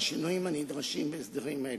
והשינויים הנדרשים בהסכמים אלה.